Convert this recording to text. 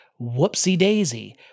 Whoopsie-daisy